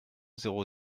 zéro